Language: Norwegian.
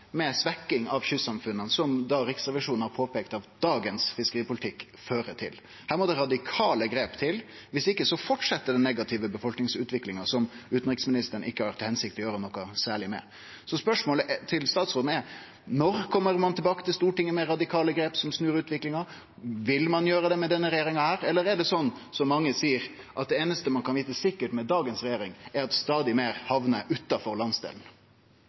med ei svekking av kystsamfunna, som Riksrevisjonen har påpeikt at dagens fiskeripolitikk fører til. Her må det radikale grep til, viss ikkje fortset den negative befolkningsutviklinga, som utanriksministeren ikkje har til hensikt å gjere noko særleg med. Så spørsmålet til statsråden er: Når kjem ein tilbake til Stortinget med radikale grep som snur utviklinga? Vil ein gjere det med denne regjeringa, eller er det sånn som mange seier, at det einaste ein kan vite sikkert med dagens regjering, er at stadig meir hamnar utanfor landsdelen?